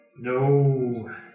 No